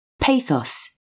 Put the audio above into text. Pathos